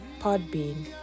Podbean